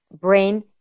brain